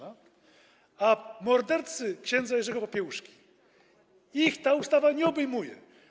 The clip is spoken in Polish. A morderców ks. Jerzego Popiełuszki ta ustawa nie obejmuje.